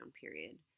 period